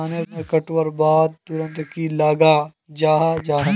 धानेर कटवार बाद तुरंत की लगा जाहा जाहा?